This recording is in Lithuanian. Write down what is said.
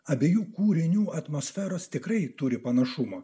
abiejų kūrinių atmosferos tikrai turi panašumų